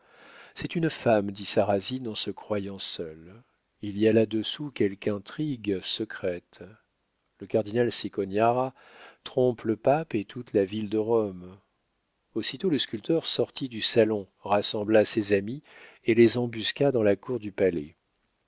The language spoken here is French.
c'est une femme dit sarrasine en se croyant seul il y a là-dessous quelque intrigue secrète le cardinal cicognara trompe le pape et toute la ville de rome aussitôt le sculpteur sortit du salon rassembla ses amis et les embusqua dans la cour du palais